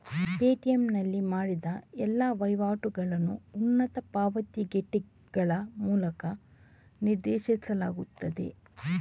Paytm ನಲ್ಲಿ ಮಾಡಿದ ಎಲ್ಲಾ ವಹಿವಾಟುಗಳನ್ನು ಉನ್ನತ ಪಾವತಿ ಗೇಟ್ವೇಗಳ ಮೂಲಕ ನಿರ್ದೇಶಿಸಲಾಗುತ್ತದೆ